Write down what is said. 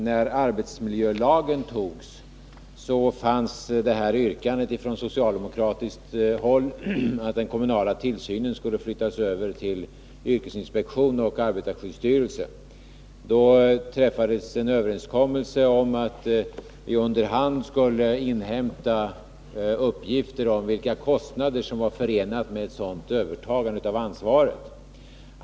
När arbetsmiljölagen antogs fanns ett yrkande från socialdemokratiskt håll, att den kommunala tillsynen skulle flyttas över till yrkesinspektionen och arbetarskyddsstyrelsen. Då träffades en överenskommelse om att man under hand skulle inhämta uppgifter om vilka kostnader som var förenade med ett sådant övertagande av ansvaret.